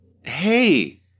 Hey